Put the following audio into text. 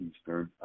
Eastern